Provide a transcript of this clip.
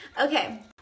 Okay